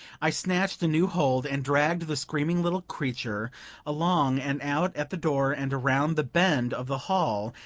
i snatched a new hold, and dragged the screaming little creature along and out at the door and around the bend of the hall,